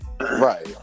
Right